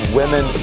women